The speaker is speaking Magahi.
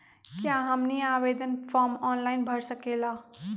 क्या हमनी आवेदन फॉर्म ऑनलाइन भर सकेला?